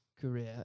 career